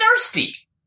thirsty